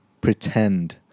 pretend